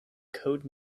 code